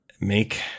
make